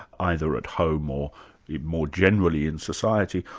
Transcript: either at home or more generally in society,